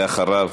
ואחריו,